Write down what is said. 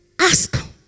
Ask